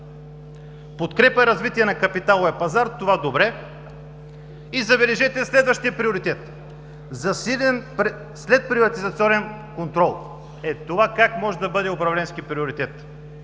Подкрепа и развитие на капиталовия пазар. Това – добре. Забележете следващият приоритет – засилен следприватизационен контрол. Това как може да бъде управленски приоритет?